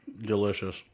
Delicious